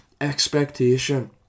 expectation